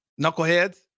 knuckleheads